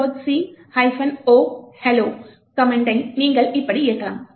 c o hello கமெண்டை நீங்கள் இப்படி இயக்கலாம்